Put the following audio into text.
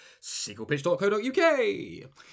SequelPitch.co.uk